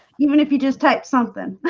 even if you just type something